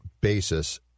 basis